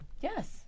Yes